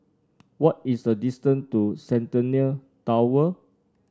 what is the distance to Centennial Tower